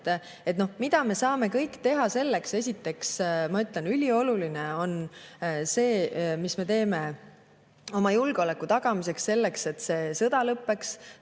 Mida me saame kõik teha selleks? Esiteks, ma ütlen, on ülioluline see, mida me teeme oma julgeoleku tagamiseks, selleks, et see sõda lõppeks.